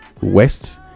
west